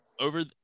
over